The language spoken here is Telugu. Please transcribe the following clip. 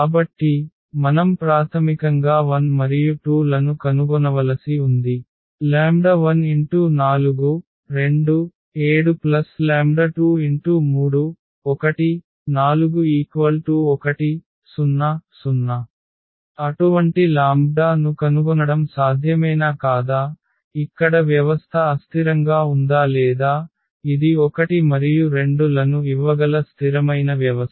కాబట్టి మనం ప్రాథమికంగా 1 మరియు 2 లను కనుగొనవలసి ఉంది 14 2 7 23 1 4 1 0 0 అటువంటి లాంబ్డా ను కనుగొనడం సాధ్యమేనా కాదా ఇక్కడ వ్యవస్థ అస్థిరంగా ఉందా లేదా ఇది 1 మరియు 2 లను ఇవ్వగల స్థిరమైన వ్యవస్థ